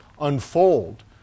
unfold